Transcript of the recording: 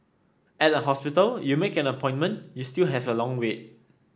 at a hospital you make an appointment you still have a long wait